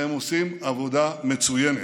והם עושים עבודה מצוינת.